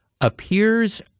appears